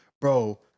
bro